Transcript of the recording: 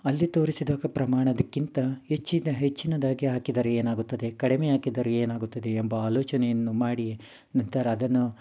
ಅಲ್ಲಿ ತೋರಿಸಿದ ಪ್ರಮಾಣಕ್ಕಿಂತ ಹೆಚ್ಚಿನ ಹೆಚ್ಚಿನದಾಗಿ ಹಾಕಿದರೆ ಏನಾಗುತ್ತದೆ ಕಡಿಮೆ ಹಾಕಿದರೆ ಏನಾಗುತ್ತದೆ ಎಂಬ ಆಲೋಚನೆಯನ್ನು ಮಾಡಿ ನಂತರ ಅದನ್ನು